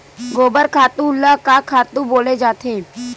गोबर खातु ल का खातु बोले जाथे?